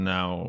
Now